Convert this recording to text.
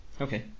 Okay